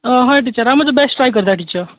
हय टिचर हांव म्हजो बेस्ट ट्राय करतां टिचर